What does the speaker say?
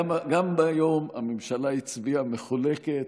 גם היום הממשלה הצביעה מחולקת: